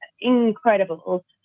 incredible